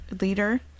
Leader